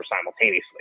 simultaneously